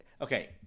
Okay